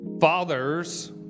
fathers